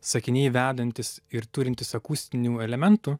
sakiniai vedantys ir turintys akustinių elementų